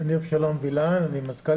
לאבשלום וילן בבקשה.